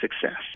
success